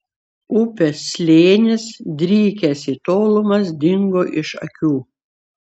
upės slėnis drykęs į tolumas dingo iš akių